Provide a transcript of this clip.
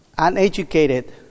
Uneducated